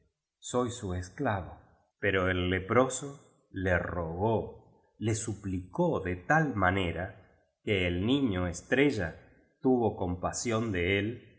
soy su esclavo pero el leproso le rogó le suplicó de tal manera que el niño estrella tuvo compasión de él